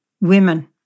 women